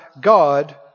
God